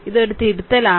ഇത് ഒരു തിരുത്തലാണ്